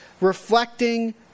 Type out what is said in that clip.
reflecting